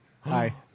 Hi